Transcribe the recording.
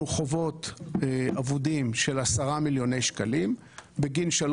חובות אבודים של 10 מיליוני שקלים בגין 3